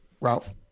Ralph